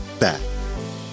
back